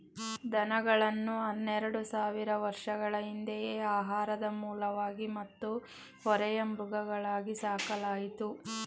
ದನಗಳನ್ನು ಹನ್ನೆರೆಡು ಸಾವಿರ ವರ್ಷಗಳ ಹಿಂದೆಯೇ ಆಹಾರದ ಮೂಲವಾಗಿ ಮತ್ತು ಹೊರೆಯ ಮೃಗಗಳಾಗಿ ಸಾಕಲಾಯಿತು